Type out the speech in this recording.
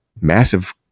massive